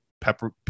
Pepper